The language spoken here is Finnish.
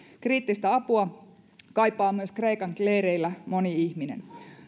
kriittistä apua kaipaa myös kreikan leireillä moni ihminen